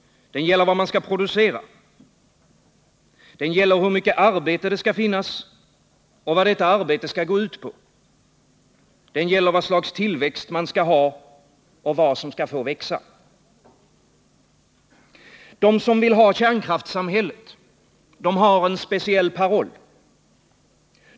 Den gäller vad man skall producera. Den gäller hur mycket arbete det skall finnas och vad det skall gå ut på. Den gäller vad slags tillväxt man skall ha och vad som skall få växa. De som vill ha kärnkraftssamhället har en speciell paroll.